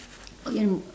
oh you want to